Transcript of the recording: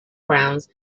browns